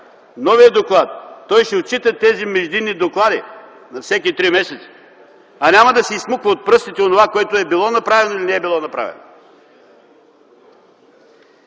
живот и здраве, той ще отчита тези междинни доклади на всеки три месеца, а няма да се изсмуква от пръстите онова, което е било направено или не е било направено.